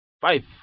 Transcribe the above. five